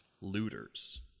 looters